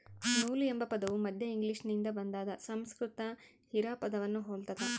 ನೂಲು ಎಂಬ ಪದವು ಮಧ್ಯ ಇಂಗ್ಲಿಷ್ನಿಂದ ಬಂದಾದ ಸಂಸ್ಕೃತ ಹಿರಾ ಪದವನ್ನು ಹೊಲ್ತದ